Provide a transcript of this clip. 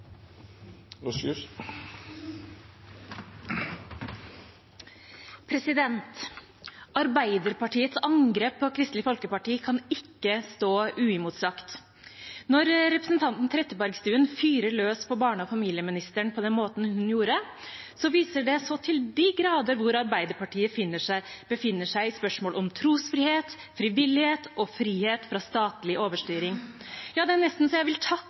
Arbeiderpartiets angrep på Kristelig Folkeparti kan ikke stå uimotsagt. Når representanten Trettebergstuen fyrer løs på barne- og familieministeren på den måten hun gjorde, viser det så til de grader hvor Arbeiderpartiet befinner seg i spørsmål om trosfrihet, frivillighet og frihet fra statlig overstyring. Ja, det er nesten så jeg vil takke